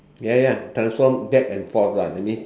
ya ya transform back and forth lah that means